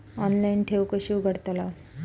Online ठेव कशी उघडतलाव?